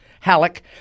Halleck